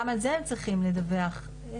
גם על זה הם צריכים לדווח לנציבות.